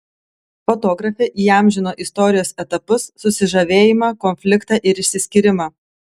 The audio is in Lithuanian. fotografė įamžino istorijos etapus susižavėjimą konfliktą ir išsiskyrimą